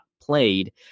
played